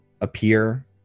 appear